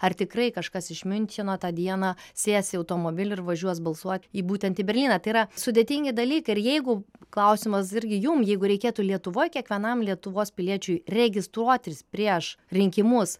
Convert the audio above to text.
ar tikrai kažkas iš miuncheno tą dieną sės į automobilį ir važiuos balsuot į būtent į berlyną tai yra sudėtingi dalykai ir jeigu klausimas irgi jum jeigu reikėtų lietuvoj kiekvienam lietuvos piliečiui registruotis prieš rinkimus